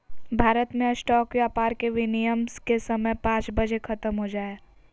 भारत मे स्टॉक व्यापार के विनियम के समय पांच बजे ख़त्म हो जा हय